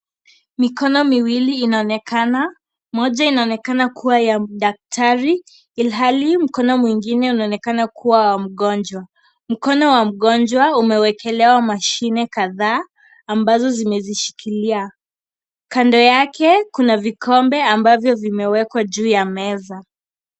Mikono miwili inaonekana, moja inaonekana kuwa ya daktari ilhali mkono mwingine unaonekana kuwa wa mgonjwa, mkono wa mgonjwa umewekelewa mashine kadhaa ambazo zimezishikilia, kando yake kuna vikombe ambavyo vimewekwa juu ya meza.